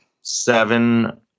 seven